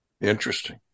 Interesting